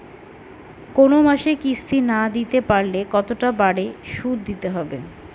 কোন মাসে কিস্তি না দিতে পারলে কতটা বাড়ে সুদ দিতে হবে?